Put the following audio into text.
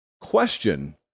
Question